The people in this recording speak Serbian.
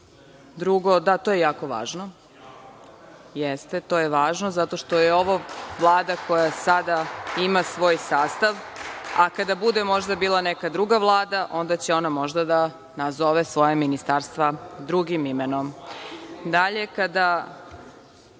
je važno, najvažnije.)Jeste, to je važno zato što je ovo Vlada koja sada ima svoj sastav, a kada bude bila možda neka druga vlada onda će ona možda da nazove svoja ministarstva drugim imenom. Dalje, kada